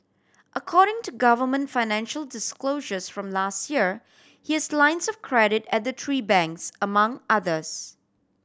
according to government financial disclosures from last year he is lines of credit at the three banks among others